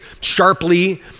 sharply